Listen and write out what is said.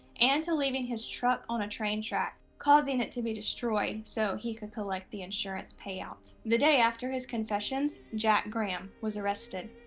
and to leaving his truck on a train track, causing it to be destroyed so he could collect the insurance payout. the day after his confessions, jack graham was arrested.